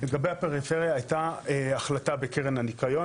לגבי הפריפריה הייתה החלטה בקרן הניקיון